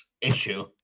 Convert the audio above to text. issue